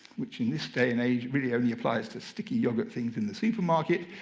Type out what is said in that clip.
which in this day and age really only applies to sticky yoghurt things in the supermarket,